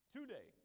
Today